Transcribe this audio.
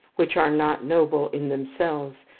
which are not noble in themselves,